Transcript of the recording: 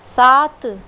सात